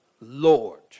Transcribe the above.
Lord